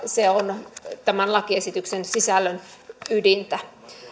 se on tämän lakiesityksen sisällön ydintä